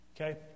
Okay